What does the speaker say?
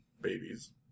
babies